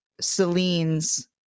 Celine's